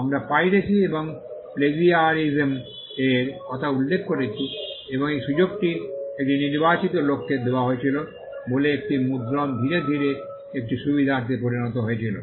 আমরা পাইরেসি এবং প্লেজিয়ারিসম এর কথা উল্লেখ করেছি এবং এই সুযোগটি একটি নির্বাচিত লোককে দেওয়া হয়েছিল বলে একটি মুদ্রণ ধীরে ধীরে একটি সুবিধার্থে পরিণত হয়েছিল